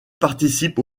participe